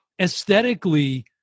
aesthetically